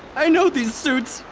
i know these suits.